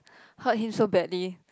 hurt him so badly